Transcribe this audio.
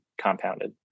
compounded